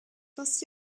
ainsi